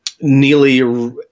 nearly